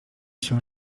się